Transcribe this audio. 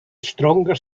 stronger